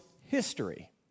history